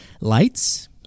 Lights